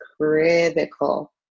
critical